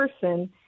person